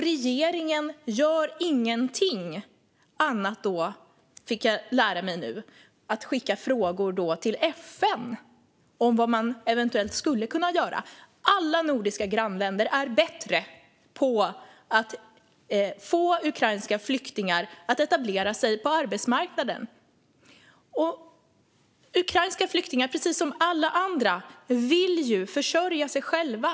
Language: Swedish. Regeringen gör ingenting annat än det jag fick lära mig nu, det vill säga skicka frågor till FN om vad man skulle kunna göra. Alla nordiska grannländer är bättre på att få ukrainska flyktingar att etablera sig på arbetsmarknaden. Ukrainska flyktingar vill precis som alla andra försörja sig själva.